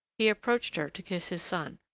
he approached her to kiss his son,